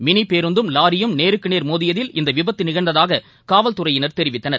mini பேருந்தும் லாரியும் நேருக்கு நேர் மோதியதில் இந்த விபத்து நிகழ்ந்ததாக காவல்துறையினர் தெரிவித்தனர்